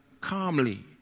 calmly